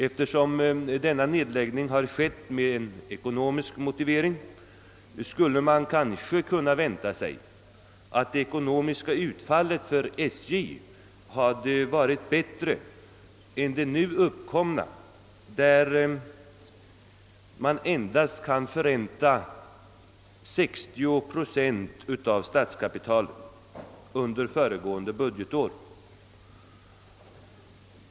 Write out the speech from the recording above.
Eftersom denna nedläggning gjorts med ekonomisk motivering skulle man kanske kunnat vänta sig att det ekonomiska utfallet för SJ hade varit bättre än det nu uppkomna, där man under föregående budgetår endast kunde för ränta 60 procent av statskapitalet.